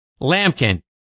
Lampkin